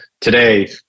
today